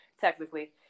technically